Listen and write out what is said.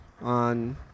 on